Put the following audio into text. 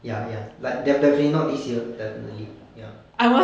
ya ya like defi~ definitely not this year definitely ya